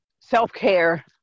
self-care